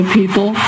people